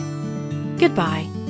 goodbye